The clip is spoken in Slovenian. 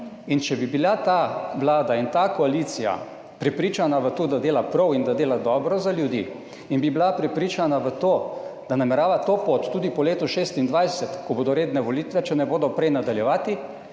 Če bi bili ta vlada in ta koalicija prepričani v to, da delata prav in da delata dobro za ljudi, in bi bili prepričani v to, da nameravata to pot tudi po letu 2026, ko bodo redne volitve, če ne bodo prej, nadaljevati,